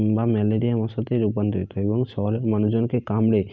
বা ম্যালেরিয়ার মশাতে রূপান্তরিত হয় এবং শহরের মানুষজনকে কামড়ে